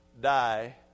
die